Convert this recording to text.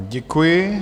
Děkuji.